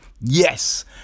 yes